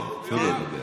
הוא בחור טוב.